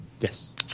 Yes